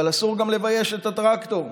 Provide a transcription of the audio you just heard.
אבל אסור גם לבייש את הטרקטור,